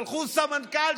שלחו סמנכ"ל,